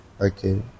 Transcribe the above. okay